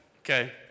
Okay